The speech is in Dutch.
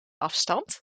afstand